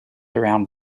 around